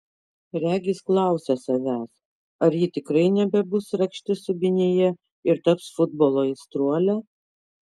regis klausia savęs ar ji tikrai nebebus rakštis subinėje ir taps futbolo aistruole